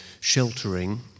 sheltering